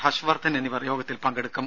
ഹർഷ് വർധൻ എന്നിവർ യോഗത്തിൽ പങ്കെടുക്കും